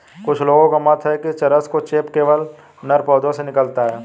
कुछ लोगों का मत है कि चरस का चेप केवल नर पौधों से निकलता है